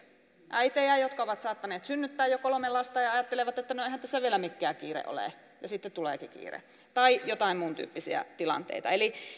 äitejä jotka ovat saattaneet synnyttää jo kolme lasta ja ajattelevat että no eihän tässä vielä mikään kiire ole ja sitten tuleekin kiire tai joitain muuntyyppisiä tilanteita